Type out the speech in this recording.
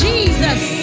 Jesus